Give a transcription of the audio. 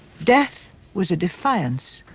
death was a defiance.